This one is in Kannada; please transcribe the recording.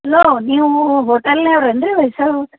ಹಲೋ ನೀವು ಹೋಟೆಲ್ನವ್ರು ಏನು ರೀ ಹೊಯ್ಸಳ ಹೋಟ್